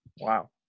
Wow